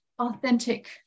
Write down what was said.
authentic